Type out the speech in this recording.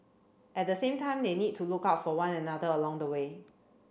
at the same time they need to look out for one another along the way